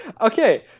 Okay